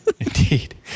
Indeed